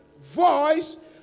voice